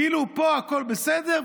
כאילו פה הכול בסדר,